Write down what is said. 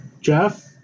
Jeff